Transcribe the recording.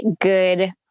good